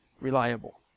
reliable